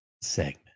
segment